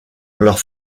leurs